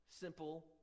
simple